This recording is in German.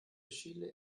chile